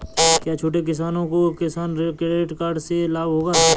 क्या छोटे किसानों को किसान क्रेडिट कार्ड से लाभ होगा?